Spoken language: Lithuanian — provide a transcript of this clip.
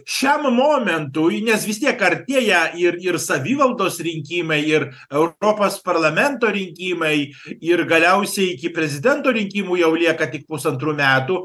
šiam momentui nes vis tiek artėja ir ir savivaldos rinkimai ir europos parlamento rinkimai ir galiausiai iki prezidento rinkimų jau lieka tik pusantrų metų